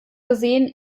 gesehen